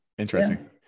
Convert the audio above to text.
Interesting